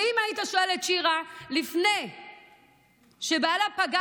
ואם היית שואל את שירה לפני שבעלה פגע